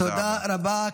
תודה רבה.